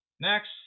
Next